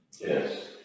Yes